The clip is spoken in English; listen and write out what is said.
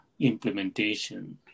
implementation